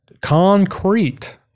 Concrete